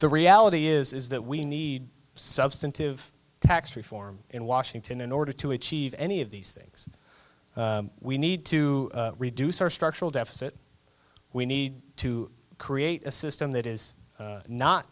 the reality is that we need substantive tax reform in washington in order to achieve any of these things we need to reduce our structural deficit we need to create a system that is not